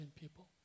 people